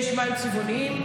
יש מים צבעוניים.